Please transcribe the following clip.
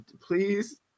please